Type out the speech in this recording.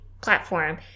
platform